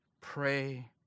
Pray